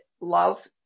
love